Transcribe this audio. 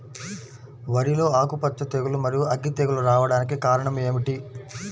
వరిలో ఆకుమచ్చ తెగులు, మరియు అగ్గి తెగులు రావడానికి కారణం ఏమిటి?